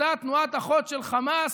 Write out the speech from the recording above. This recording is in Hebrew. אותה תנועת אחות של חמאס,